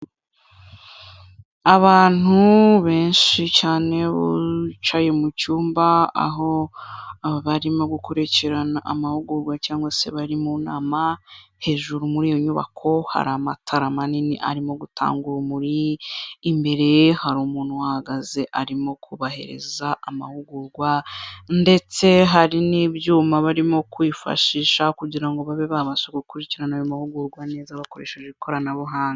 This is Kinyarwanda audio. Abantu benshi cyane bicaye mu cyumba aho barimo gukurikirana amahugurwa cyangwa se bari mu nama, hejuru muri iyo nyubako hari amatara manini arimo gutanga urumuri, imbere hari umuntu uhahagaze arimo kubahereza amahugurwa ndetse hari n'ibyuma barimo kwifashisha kugirango babe babasha gukurikirana ayo mahugurwa neza bakoresheje ikoranabuhanga.